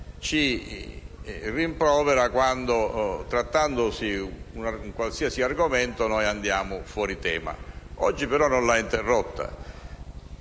ci rimprovera quando, trattandosi un qualsiasi argomento, noi andiamo fuori tema. Oggi però non l'ha interrotta;